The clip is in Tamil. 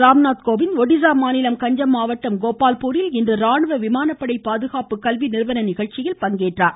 ராம்நாத் கோவிந்த் ஒடிசா மாநிலம் கஞ்சம் மாவட்டம் கோபால்பூரில் இன்று ராணுவ விமானப்படை பாதுகாப்பு கல்வி நிறுவன நிகழ்ச்சியில் பங்கேற்றார்